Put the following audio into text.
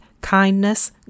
kindness